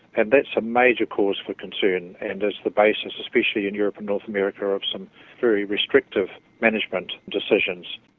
and that's a major cause for concern and is the basis, especially in europe and north america, of some very restrictive management decisions.